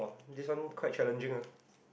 this one quite challenging ah